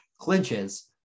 clinches